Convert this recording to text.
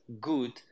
good